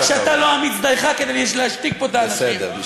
כדי להכפיש את המדינה.